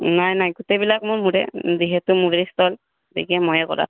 নাই নাই গোটেইবিলাক মোৰ মোৰেই যিহেতু মোৰেই ষ্টল গতিকে মইয়ে কৰা